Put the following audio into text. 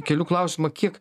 keliu klausimą kiek